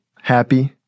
happy